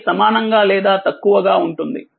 ఇది సమానంగాలేదా తక్కువగా ఉంటుంది